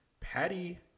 Patty